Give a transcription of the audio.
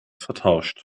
vertauscht